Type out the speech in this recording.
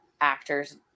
actors